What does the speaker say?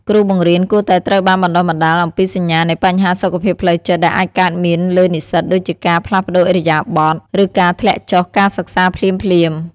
គ្រូបង្រៀនគួរតែត្រូវបានបណ្ដុះបណ្ដាលអំពីសញ្ញានៃបញ្ហាសុខភាពផ្លូវចិត្តដែលអាចកើតមានលើនិស្សិតដូចជាការផ្លាស់ប្តូរឥរិយាបថឬការធ្លាក់ចុះការសិក្សាភ្លាមៗ។